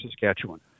Saskatchewan